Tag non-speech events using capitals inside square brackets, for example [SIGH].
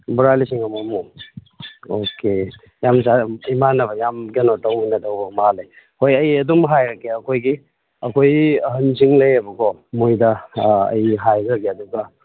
ꯕꯣꯔꯥ ꯂꯤꯁꯤꯡ ꯑꯃꯃꯨꯛ ꯑꯣꯀꯦ ꯌꯥꯝ [UNINTELLIGIBLE] ꯏꯃꯥꯟꯅꯕ ꯌꯥꯝ ꯀꯩꯅꯣ ꯇꯧꯕ ꯑꯣꯏꯅ ꯇꯧꯕ ꯃꯥ ꯂꯩ ꯍꯣꯏ ꯑꯩ ꯑꯗꯨꯝ ꯍꯥꯏꯔꯛꯀꯦ ꯑꯩꯈꯣꯏꯒꯤ ꯑꯩꯈꯣꯏꯒꯤ ꯑꯍꯟꯁꯤꯡ ꯂꯩꯌꯦꯕꯀꯣ ꯃꯣꯏꯗ ꯑꯩ ꯍꯥꯏꯈ꯭ꯔꯒꯦ ꯑꯗꯨꯒ